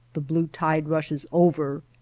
the blue tide rushes over.